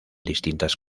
distintas